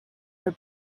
her